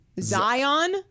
Zion